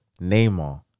Neymar